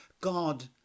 God